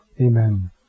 Amen